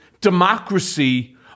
democracy